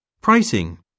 pricing